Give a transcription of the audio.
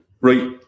Right